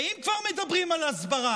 ואם כבר מדברים על הסברה,